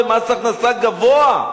ומס הכנסה גבוה.